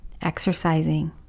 exercising